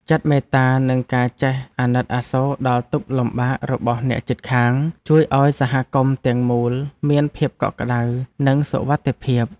ចិត្តមេត្តានិងការចេះអាណិតអាសូរដល់ទុក្ខលំបាករបស់អ្នកជិតខាងជួយឱ្យសហគមន៍ទាំងមូលមានភាពកក់ក្តៅនិងសុវត្ថិភាព។